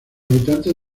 habitantes